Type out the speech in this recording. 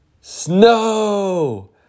snow